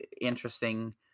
interesting